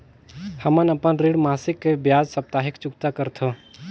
हमन अपन ऋण मासिक के बजाय साप्ताहिक चुकता करथों